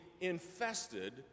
infested